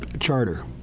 charter